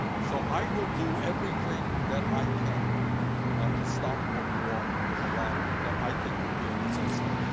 so i will do everything that i can ah to stop a war with iran that i think will be a disaster.